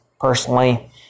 Personally